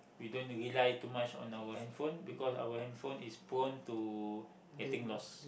we don't rely too much on our handphone because our handphone is prone to getting lost